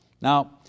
Now